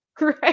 Right